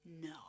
No